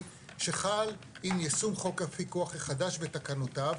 שחל עם יישום חוק הפיקוח החדש בתקנותיו,